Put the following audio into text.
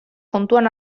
kontuan